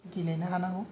गेलेनो हानांगौ